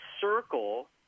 circle